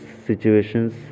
situations